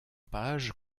page